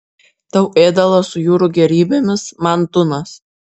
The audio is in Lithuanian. tau ėdalas su jūrų gėrybėmis man tunas